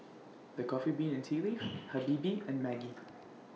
The Coffee Bean and Tea Leaf Habibie and Maggi